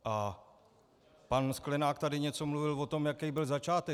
A pan Sklenák tady něco mluvil o tom, jaký byl začátek.